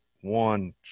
one